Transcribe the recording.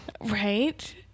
Right